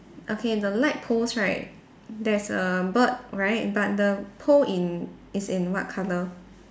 okay the light post right there's a bird right but the pole in is in what colour